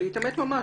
להתעמת ממש.